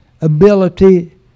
ability